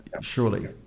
surely